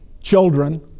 children